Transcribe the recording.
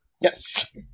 Yes